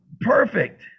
perfect